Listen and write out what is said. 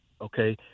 Okay